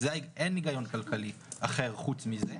אין היגיון כלכלי אחר חוץ מזה.